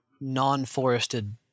non-forested